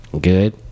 good